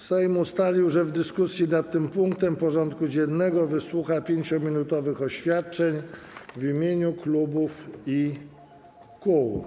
Sejm ustalił, że w dyskusji nad tym punktem porządku dziennego wysłucha 5-minutowych oświadczeń w imieniu klubów i kół.